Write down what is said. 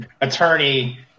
attorney